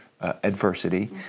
Adversity